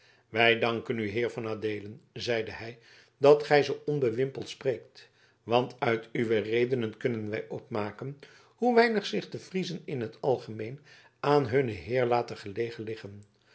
wij danken u heer van adeelen zeide hij dat gij zoo onbewimpeld spreekt want uit uwe redenen kunnen wij opmaken hoe weinig zich de friezen in het algemeen aan hunnen heer laten gelegen liggen